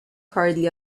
hardly